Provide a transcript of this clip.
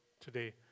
today